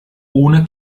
ohne